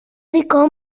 δικό